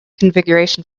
configuration